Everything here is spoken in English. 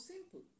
simple